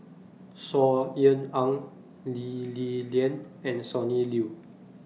Saw Ean Ang Lee Li Lian and Sonny Liew